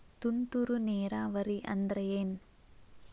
ತುಂತುರು ನೇರಾವರಿ ಅಂದ್ರ ಏನ್?